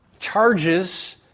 charges